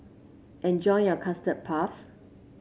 enjoy your Custard Puff